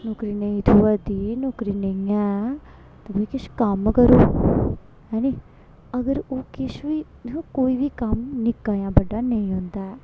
नौकरी नेईं थ्होआ दी नौकरी नेईं ऐ तां भाई किश कम्म करो हैनी अगर ओह् किश बी दिक्खो कोई बी कम्म निक्का जां बड्डा नेईं होंदा ऐ